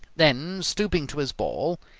then, stooping to his ball,